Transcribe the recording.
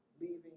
leaving